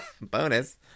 Bonus